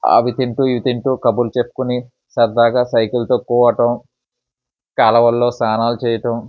అవి తింటూ ఇవి తింటూ కబుర్లు చెప్పుకుని సరదాగా సైకిల్ తొక్కోవడం కాలవల్లో స్నానాలు చేయటం